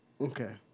Okay